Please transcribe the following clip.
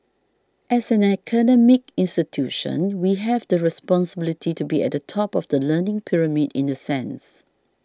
as an academic institution we have the responsibility to be at the top of the learning pyramid in the sense